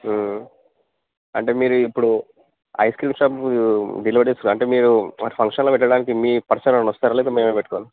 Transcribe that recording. అంటే మీరు ఇప్పుడు ఐస్ క్రీం షాపు డెలివరీస్ అంటే మీరు మా ఫంక్షన్లో పెట్టడానికి మీ పర్సన్ ఎవ్వరైనా వస్తారా లేక మేమే పెట్టుకోవాలా